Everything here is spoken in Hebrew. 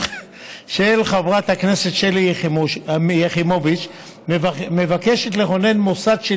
של חברת הכנסת שלי יחימוביץ מבקשת לכונן מוסד של